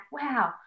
wow